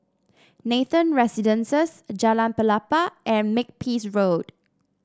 Nathan Residences Jalan Pelepah and Makepeace Road